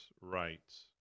rights